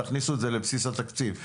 תכניסו את זה לבסיס התקציב.